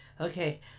Okay